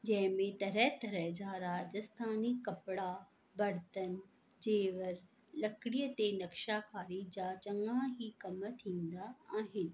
जंहिंमें तरह तरह जा राजस्थानी कपिड़ा बरतन ज़ेवर लकड़ीअ ते नक्शाकारी जा चङा ई कम थींदा आहिनि